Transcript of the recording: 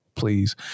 Please